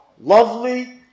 lovely